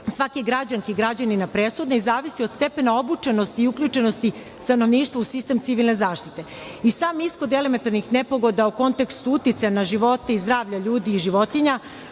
svake građanke i građanina presudna i zavisi od stepena obučenosti i uključenosti stanovništva u sistem civilne zaštite. Sam ishod elementarnih nepogoda u kontekstu uticaja na živote i zdravlje ljudi i životinja,